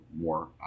more